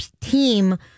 team